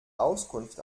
auskunft